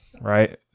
right